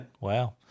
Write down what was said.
Wow